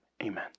amen